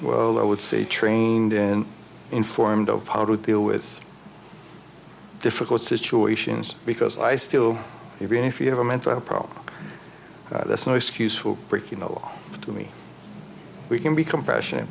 well i would say trained in informed of how to deal with difficult situations because i still even if you have a mental problem that's nice cues for breaking the law to me we can be compassionate